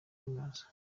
abitangaza